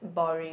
boring